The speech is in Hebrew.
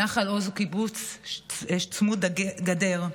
נחל עוז הוא קיבוץ צמוד גדר,